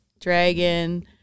Dragon